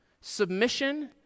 submission